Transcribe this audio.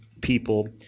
people